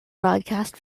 broadcast